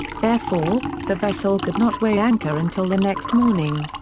therefore, the vessel could not weigh anchor until the next morning.